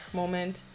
moment